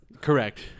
Correct